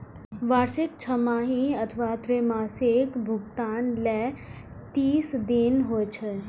वार्षिक, छमाही अथवा त्रैमासिक भुगतान लेल तीस दिन होइ छै